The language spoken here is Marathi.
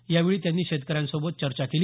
यावेळी त्यांनी शेतकऱ्यांसोबत चर्चा केली